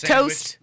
Toast